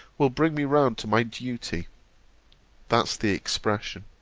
will bring me round to my duty that's the expression.